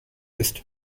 ist